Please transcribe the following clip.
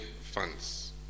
funds